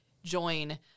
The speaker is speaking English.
Join